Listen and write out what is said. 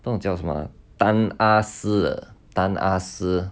不懂叫什么 tan ah si tan ah si